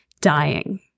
dying